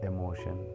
Emotion